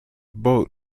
boat